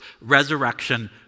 resurrection